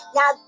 Now